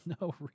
no